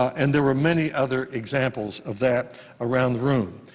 and there were many other examples of that around the room.